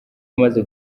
umaze